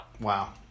Wow